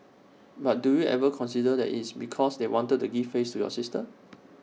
but do you ever consider that it's because they wanted to give face to your sister